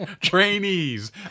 Trainees